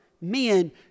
Men